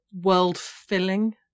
world-filling